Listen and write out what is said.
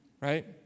right